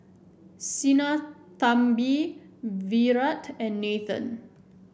Sinnathamby Virat and Nathan